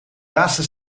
laatste